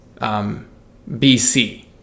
BC